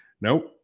nope